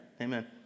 amen